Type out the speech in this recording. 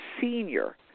Senior